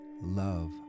love